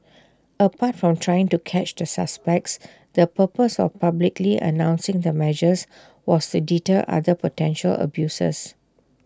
apart from trying to catch the suspects the purpose of publicly announcing the measures was to deter other potential abusers